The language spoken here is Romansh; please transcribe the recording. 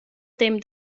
temp